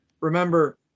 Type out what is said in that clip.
remember